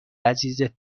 عزیزت